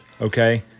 Okay